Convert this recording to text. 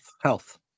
Health